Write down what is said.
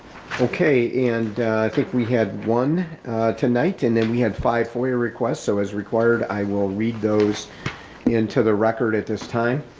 okay, and i think we had one tonight and then we had five for your request. so as required i will read those into the record at this time,